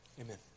Amen